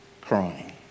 crying